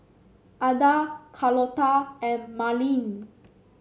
Ada Carlota and Marlin